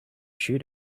shoot